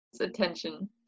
attention